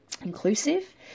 inclusive